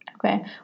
Okay